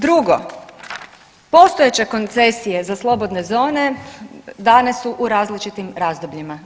Drugo, postojeće koncesije za slobodne zone dane su različitim razdobljima.